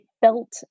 felt